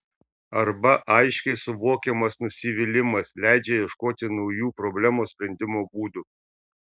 arba aiškiai suvokiamas nusivylimas leidžia ieškoti naujų problemos sprendimo būdų